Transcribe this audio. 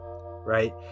right